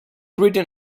written